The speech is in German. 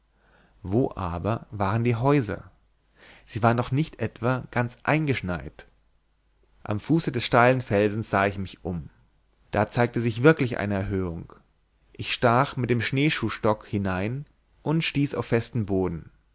wo aber waren die häuser sie waren doch nicht etwa ganz eingeschneit am fuße des steilen felsens sah ich mich um da zeigte sich wirklich eine erhöhung ich stach mit dem schneeschuhstock hinein und stieß auf festen boden